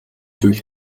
зүйл